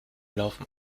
laufen